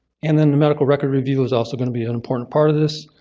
and then the medical record review is also going to be an important part of this.